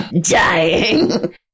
Dying